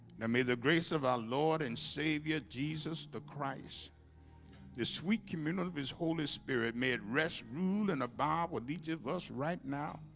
now may the grace of our lord and savior jesus the christ the sweet commune of his holy spirit may it rest rule and abab with each of us right now?